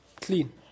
Clean